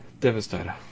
Devastator